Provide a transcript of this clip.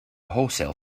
wholesale